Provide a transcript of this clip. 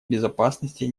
безопасности